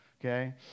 Okay